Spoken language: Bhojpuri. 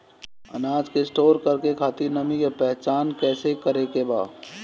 अनाज के स्टोर करके खातिर नमी के पहचान कैसे करेके बा?